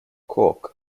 cork